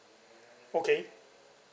okay